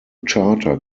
charter